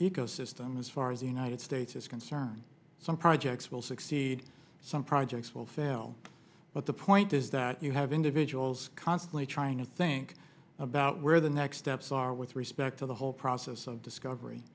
ecosystem as far as the united states is concerned some projects will succeed some projects will fail but the point is that you have individuals constantly trying to think about where the next steps are with respect to the whole process of discovery